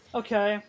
okay